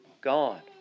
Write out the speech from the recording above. God